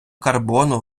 карбону